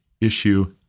issue